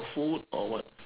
food or what